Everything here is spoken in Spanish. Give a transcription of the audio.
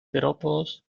terópodos